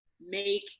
make